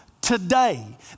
today